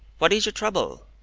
what is your trouble?